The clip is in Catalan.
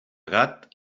gat